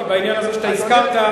כי בעניין הזה שאתה הזכרת,